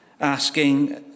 asking